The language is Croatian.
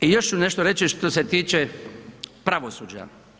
I još ću nešto reći što se tiče pravosuđa.